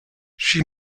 she